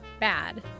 bad